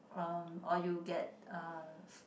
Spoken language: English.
um or you get uh